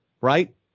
right